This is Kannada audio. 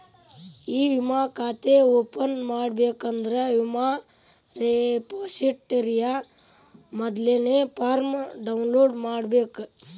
ಇ ವಿಮಾ ಖಾತೆ ಓಪನ್ ಮಾಡಬೇಕಂದ್ರ ವಿಮಾ ರೆಪೊಸಿಟರಿಯ ಮೊದಲ್ನೇ ಫಾರ್ಮ್ನ ಡೌನ್ಲೋಡ್ ಮಾಡ್ಬೇಕ